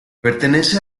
pertenece